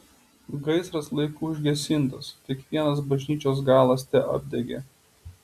gaisras laiku užgesintas tik vienas bažnyčios galas teapdegė